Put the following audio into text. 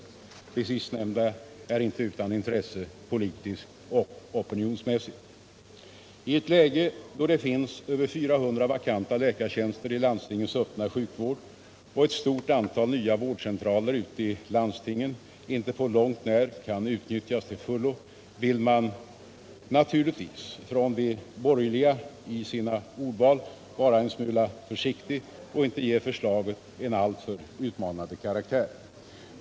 Det bindning för vissa sistnämnda är inte utan intresse politiskt och opinionsmässigt. privatpraktiserande I ett läge då det finns över 400 vakanta läkartjänster i landstingens = läkare öppna sjukvård och då ett stort antal nya vårdcentraler ute i landstingen inte på långt när kan utnyttjas till fullo vill de borgerliga naturligtvis vara en smula försiktiga i sina ordval och inte ge förslaget en alltför utmanande karaktär.